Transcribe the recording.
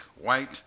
white